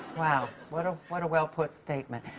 wow, what ah what a well put statement.